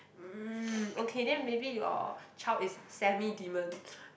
mm okay then maybe your child is semi demon